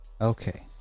Okay